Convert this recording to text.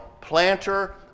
planter